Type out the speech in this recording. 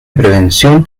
prevención